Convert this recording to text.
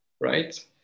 right